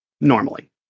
Normally